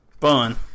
fun